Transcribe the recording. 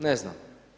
Ne znam.